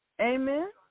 Amen